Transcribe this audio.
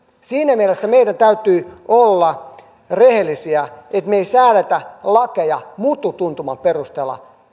siinä mielessä meidän täytyy olla rehellisiä että me emme säädä lakeja mututuntuman perusteella